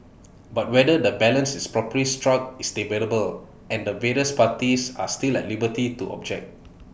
but whether the balance is properly struck is debatable and the various parties are still at liberty to object